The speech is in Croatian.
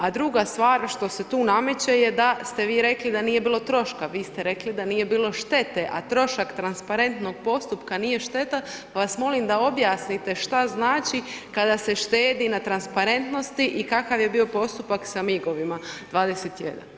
A druga stvar što se tu nameće je da ste vi rekli da nije bilo troška, vi ste rekli da nije bilo štete, a trošak transparentnog postupka nije šteta, pa vas molim da objasnite šta znači kada se štedi na transparentnosti i kakav je bio postupak sa migovima 21.